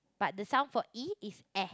but the sound for E is air